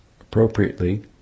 appropriately